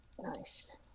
Nice